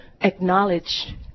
acknowledge